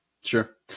sure